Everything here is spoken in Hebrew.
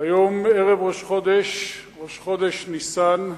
היום ערב ראש חודש, ראש חודש ניסן.